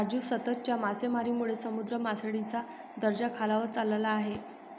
राजू, सततच्या मासेमारीमुळे समुद्र मासळीचा दर्जा खालावत चालला आहे